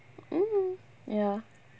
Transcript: mm mm ya